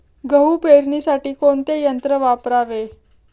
गहू पेरणीसाठी कोणते यंत्र वापरावे?